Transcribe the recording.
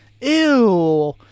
Ew